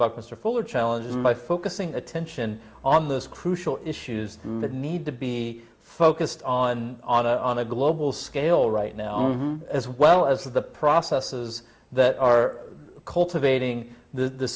buckminster fuller challenge and by focusing attention on those crucial issues does it need to be focused on on a on a global scale right now as well as the processes that are cultivating the